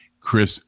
Chris